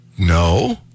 No